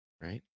Right